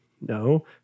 No